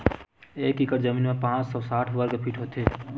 एक एकड़ जमीन मा पांच सौ साठ वर्ग फीट होथे